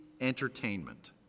entertainment